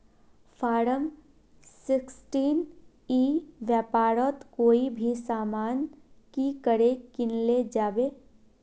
Form sixteen ई व्यापारोत कोई भी सामान की करे किनले जाबे?